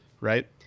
right